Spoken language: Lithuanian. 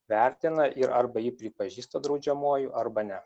vertina ir arba jį pripažįsta draudžiamuoju arba ne